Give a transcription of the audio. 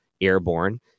airborne